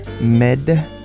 Med